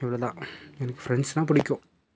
இவ்வளோ தான் எனக்கு ஃபிரண்ட்ஸ்னால் பிடிக்கும்